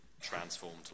transformed